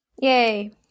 Yay